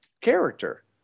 character